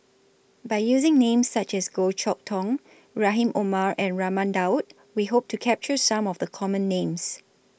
By using Names such as Goh Chok Tong Rahim Omar and Raman Daud We Hope to capture Some of The Common Names